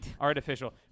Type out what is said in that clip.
artificial